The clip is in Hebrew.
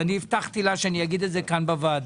הבטחתי לה שאגיד כאן בוועדה.